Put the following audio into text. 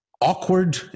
awkward